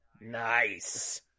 Nice